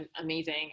amazing